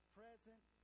present